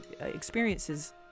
experiences